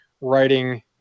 writing